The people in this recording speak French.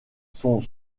sont